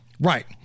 Right